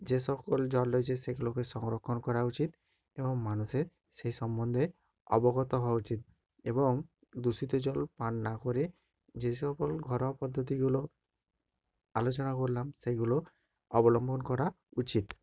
যে সকল জল রয়েছে সেগুলোকে সংরক্ষণ করা উচিত এবং মানুষের সেই সম্বন্ধে অবগত হওয়া উচিত এবং দূষিত জল পান না করে যে সকল ঘরোয়া পদ্ধতিগুলো আলোচনা করলাম সেগুলো অবলম্বন করা উচিত